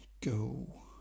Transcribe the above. go